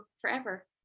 forever